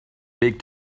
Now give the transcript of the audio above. big